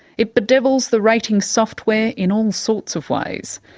it bedevils the rating software in all sorts of ways.